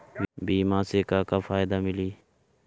बीमा से का का फायदा मिली?